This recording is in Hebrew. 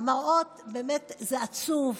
המראות, באמת זה עצוב.